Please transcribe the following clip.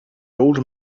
old